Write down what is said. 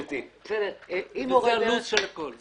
זה הלו"ז של הכול.